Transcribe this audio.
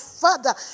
father